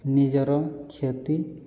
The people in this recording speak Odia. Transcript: ନିଜର କ୍ଷତି